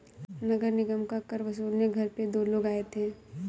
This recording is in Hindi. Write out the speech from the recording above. नगर निगम का कर वसूलने घर पे दो लोग आए थे